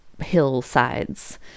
hillsides